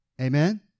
Amen